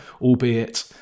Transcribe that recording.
albeit